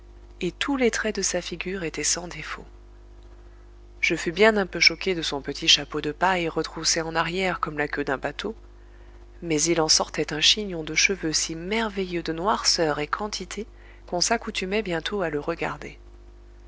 et tous les traits de sa figure étaient sans défaut je fus bien un peu choqué de son petit chapeau de paille retroussé en arrière comme la queue d'un bateau mais il en sortait un chignon de cheveux si merveilleux de noirceur et quantité qu'on s'accoutumait bientôt à le regarder